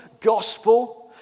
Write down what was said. gospel